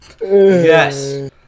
yes